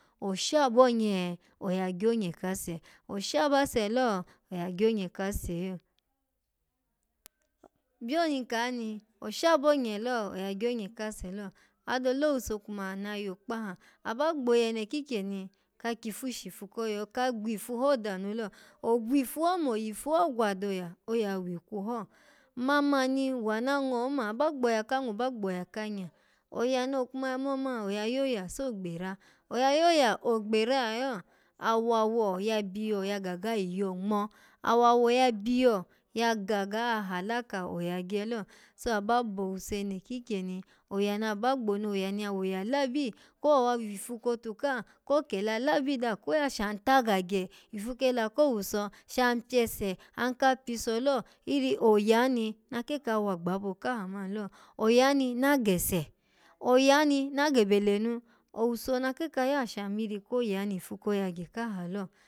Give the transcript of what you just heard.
Oshabonye ya gyonye kase osha base lo oya gyonye kase yo byour nkani oshabonye lo oya gyonye kase lo adole owuso kuma na yo kpaha aba gboya eno kikyeni ka kyifu shifu koya ho-ka gwifu ho danu lo ogwifu ho mo yifu ho gwa doya, oya wikwu ho mamani wanango oma, aba gboya kango ba gboya kanya, oya no kuma ya mo mani oya yoya so gbera oya yoza ogbera yayo, awawo ya byiyo ya gaga yiyo ngmo, awawo ya byiyo yagaga halaka, oya gye lo so aba bo owuso eno kikyeni, oya ni aba gboni, oya ni ya woya labi ko wawa wifu kotu ka, ko kela labi daha, ko ya shan ta gagye ifu kela ko owuso shan pyese an ka pyiso lo, oya ni na kare ka wagbabo kaha man lo oya ni na gese oya ni na gebe lenu owuso na kar ka yaha shan miri koya ni ifu ko yagye kaha lo.